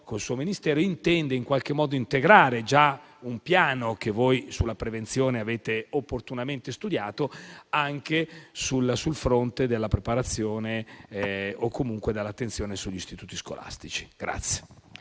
il suo Ministero, intenda in qualche modo integrare un piano, che voi sulla prevenzione avete opportunamente studiato, anche sul fronte della preparazione e/o comunque dell'attenzione sugli istituti scolastici.